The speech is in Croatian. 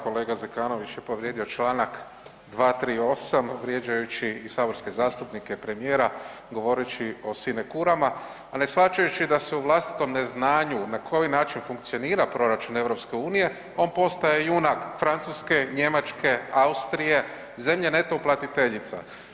Kolega Zekanović je povrijedio čl. 238. vrijeđajući i saborske zastupnike i premijera govoreći o sinekurama, a ne shvaćajući da se u vlastitom neznanju na koji način funkcionira proračun EU on postaje junak Francuske, Njemačke, Austrije, zemlje neto uplatiteljica.